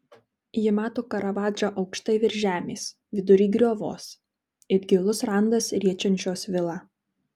ji mato karavadžą aukštai virš žemės vidury griovos it gilus randas riečiančios vilą